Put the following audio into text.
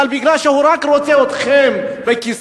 אבל מכיוון שהוא רק רוצה אתכם בכיסא,